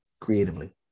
creatively